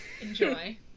enjoy